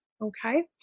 Okay